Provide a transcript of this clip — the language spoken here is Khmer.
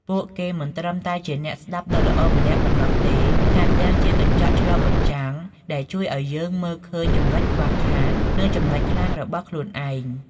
ពួកគេមិនត្រឹមតែជាអ្នកស្តាប់ដ៏ល្អម្នាក់ប៉ុណ្ណោះទេ ថែមទាំងជា កញ្ចក់ឆ្លុះបញ្ចាំង ដែលជួយឲ្យយើងមើលឃើញចំណុចខ្វះខាត និងចំណុចខ្លាំងរបស់ខ្លួនឯង។